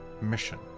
mission